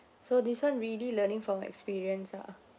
so this one really learning from experience ah